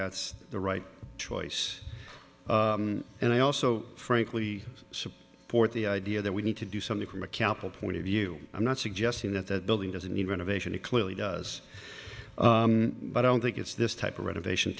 that's the right choice and i also frankly support the idea that we need to do something from a capital point of view i'm not suggesting that that building doesn't need renovation it clearly does but i don't think it's this type of renovation